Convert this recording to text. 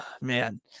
man